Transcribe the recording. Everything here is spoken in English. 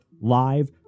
live